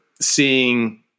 seeing